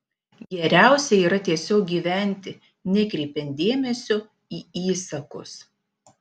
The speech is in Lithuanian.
geriausia yra tiesiog gyventi nekreipiant dėmesio į įsakus